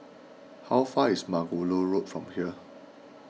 how far is Margoliouth Road from here